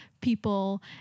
people